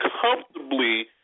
comfortably